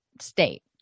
state